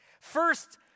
First